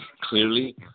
clearly